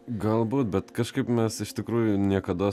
galbūt bet kažkaip mes iš tikrųjų niekados